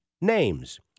names